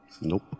Nope